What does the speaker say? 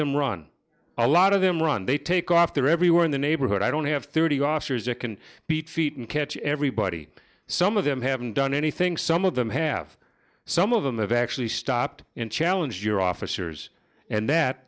them run a lot of them are and they take off they're everywhere in the neighborhood i don't have thirty officers that can beat feet and catch everybody some of them haven't done anything some of them have some of them have actually stopped and challenge your officers and that